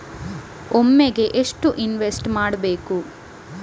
ಒಮ್ಮೆಗೆ ಎಷ್ಟು ಇನ್ವೆಸ್ಟ್ ಮಾಡ್ಬೊದು?